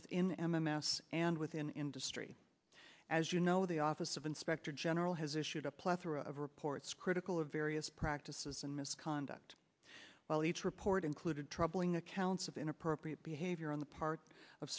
within m m s and within industry as you know the office of inspector general has issued a plethora of reports critical of various practices and misconduct while each report included troubling accounts of inappropriate behavior on the part of